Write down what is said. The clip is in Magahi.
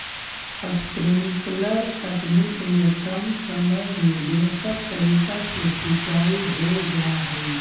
स्प्रिंकलर तकनीक में कम समय में बेहतर तरीका से सींचाई हो जा हइ